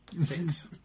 Six